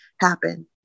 happen